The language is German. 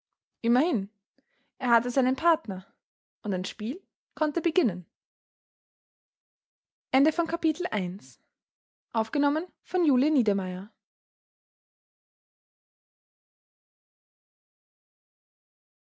immerhin er hatte seinen partner und ein spiel konnte beginnen